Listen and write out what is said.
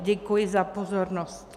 Děkuji za pozornost.